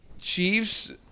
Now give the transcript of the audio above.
Chiefs